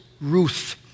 Ruth